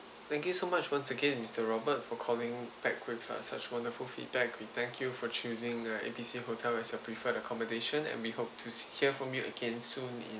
thank you so much once again mister robert for calling back with uh such wonderful feedback we thank you for choosing err A B C hotel as a preferred accommodation and we hope to hear from you again soon